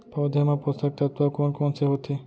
पौधे मा पोसक तत्व कोन कोन से होथे?